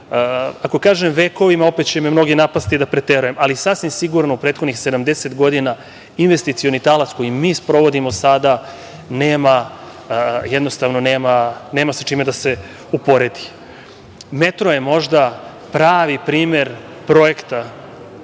ako kažem vekovima, opet će me mnogi napasti da preterujem, ali sasvim sigurno u prethodnih sedamdeset godina investicioni talas koji mi sprovodimo sada nema sa čime da se uporedi. Metro je, možda, pravi primer projekta